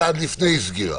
צעד לפני סגירה.